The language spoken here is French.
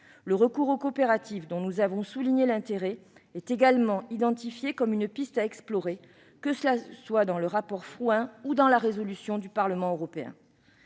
Le recours aux coopératives, dont nous avons souligné l'intérêt, est également identifié comme une piste à explorer dans le rapport Frouin ou dans la résolution du Parlement européen.